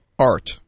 Art